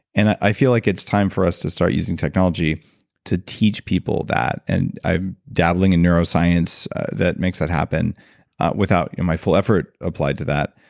and i feel like it's time for us to start using technology to teach people that. and dabbling in neuroscience that makes that happen without my full effort applied to that.